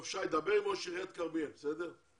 טוב שי, דבר עם ראש עיריית כרמיאל, בסדר?